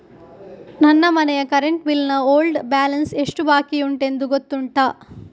ನನ್ನ ಮನೆಯ current bill ನ ಓಲ್ಡ್ ಬ್ಯಾಲೆನ್ಸ್ ಎಷ್ಟು ಬಾಕಿಯುಂಟೆಂದು ಗೊತ್ತುಂಟ?